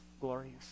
glorious